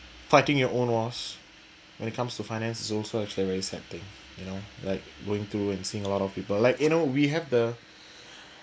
fighting your own wars when it comes to finance also so it's like very sad thing you know like going through and seeing a lot of people like you know we have the